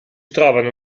trovano